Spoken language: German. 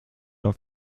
auf